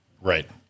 Right